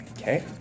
Okay